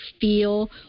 feel